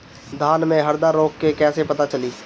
धान में हरदा रोग के कैसे पता चली?